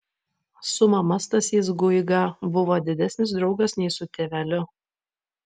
su mama stasys guiga buvo didesnis draugas nei su tėveliu